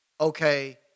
okay